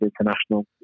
international